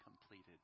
completed